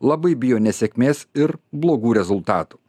labai bijo nesėkmės ir blogų rezultatų